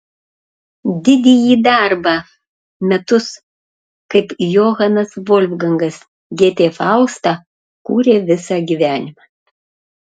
didįjį darbą metus kaip johanas volfgangas gėtė faustą kūrė visą gyvenimą